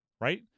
right